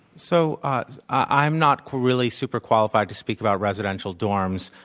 so i am not really super qualified to speak about residential dorms.